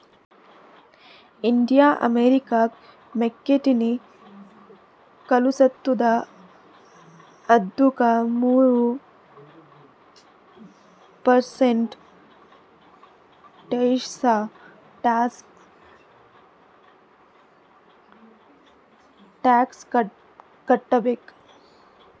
India ಅಮೆರಿಕಾಗ್ ಮೆಕ್ಕಿತೆನ್ನಿ ಕಳುಸತ್ತುದ ಅದ್ದುಕ ಮೂರ ಪರ್ಸೆಂಟ್ ಟೆರಿಫ್ಸ್ ಟ್ಯಾಕ್ಸ್ ಕಟ್ಟಬೇಕ್